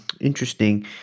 Interesting